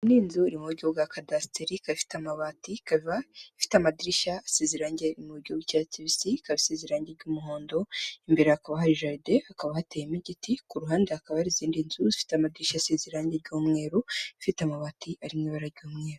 Iyi ni inzu iri mu buryo bwa cadastire afite amabati ,ikaba ifite amadirishya asize irangi ry'icyatsi kibisi ikaba isize umuhondo, imbere hakaba hari jadrin akaba hateyemo igiti ,ku ruhande hakaba arizindi nzufite amadirishya asize irangi ry'umweru ifite amabati arimo ibara ry'umweru.